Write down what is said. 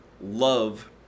love